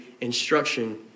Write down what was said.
instruction